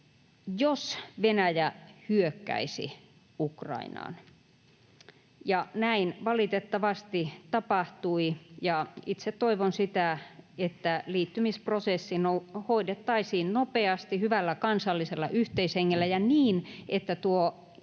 jos Venäjä hyökkäisi Ukrainaan, ja näin valitettavasti tapahtui. Itse toivon sitä, että liittymisprosessi hoidettaisiin nopeasti hyvällä kansallisella yhteishengellä ja niin, että tuo